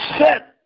Set